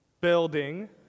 building